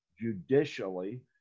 judicially